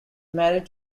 married